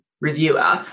reviewer